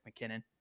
McKinnon